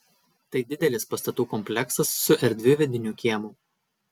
tai didelis pastatų kompleksas su erdviu vidiniu kiemu